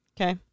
Okay